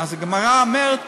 אז הגמרא אומרת: